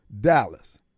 Dallas